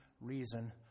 reason